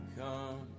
come